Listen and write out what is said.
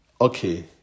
okay